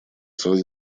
свои